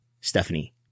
Stephanie